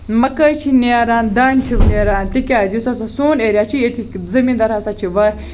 مَکٲے چھِ نیران دانہِ چھِ نیران تِکیاز یُس ہسا سون ایریا چھُ ییٚتہِ زٔمیٖن دار ہسا چھِ واریاہ